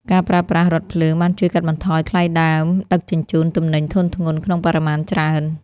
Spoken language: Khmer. ការប្រើប្រាស់រថភ្លើងបានជួយកាត់បន្ថយថ្លៃដើមដឹកជញ្ជូនទំនិញធុនធ្ងន់ក្នុងបរិមាណច្រើន។